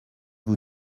vous